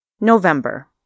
November